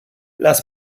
lass